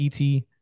ET